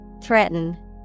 Threaten